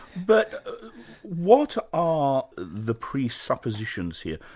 but what are the pre-suppositions here?